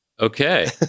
Okay